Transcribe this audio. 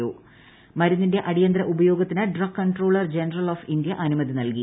O മരുന്നിന്റെ അടിയന്തര ഉപയോഗത്തിന് drug controller general of India അനുമതി നൽകി